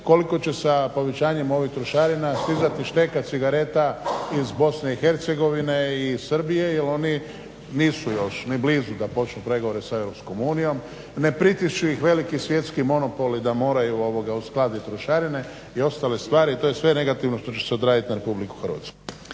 koliko će sa povećanjem ovih trošarina stizati šteka cigareta iz Bosne i Hercegovine i iz Srbije jer oni nisu još ni blizu da počnu pregovore sa EU. Ne pritišću ih veliki svjetski monopoli da moraju uskladiti trošarine i ostale stvari. To je sve negativno što će se odraziti na Republiku Hrvatsku.